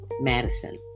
Madison